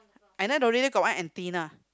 and then the radio got one antenna